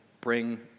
bring